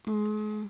um